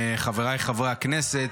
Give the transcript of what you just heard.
חבריי חברי הכנסת,